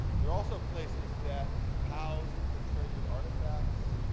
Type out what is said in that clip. they're also places that house the treasured artifacts,